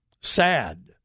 sad